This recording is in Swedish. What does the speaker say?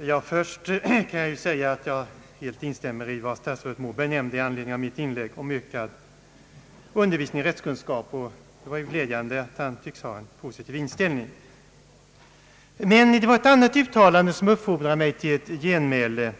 Jag vill helt instämma med vad statsrådet Moberg sade i anledning av mitt inlägg om ökad undervisning i rättskunskap. Det var glädjande att han därvidlag tycks ha en positiv inställning. Ett annat uttalande av statsrådet uppfordrar mig emellertid till ett genmäle.